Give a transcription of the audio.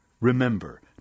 Remember